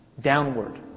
downward